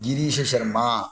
Girish Sharma